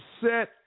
set